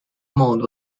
mode